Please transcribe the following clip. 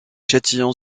châtillon